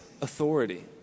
authority